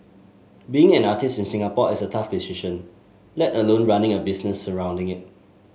being an artist in Singapore is a tough decision let alone running a business surrounding it